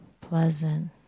pleasant